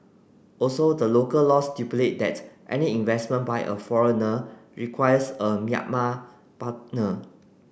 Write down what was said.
also the local laws stipulate that any investment by a foreigner requires a Myanmar partner